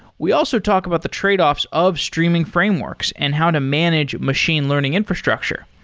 we also talk about the tradeoffs of streaming frameworks and how to manage machine learning infrastructure.